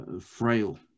frail